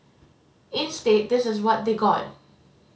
instead this is what they got